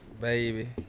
Baby